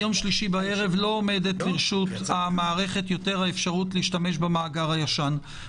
לא עומדת לרשות המערכת עוד האפשרות להשתמש במאגר הישן.